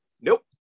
Nope